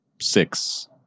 six